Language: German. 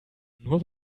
nur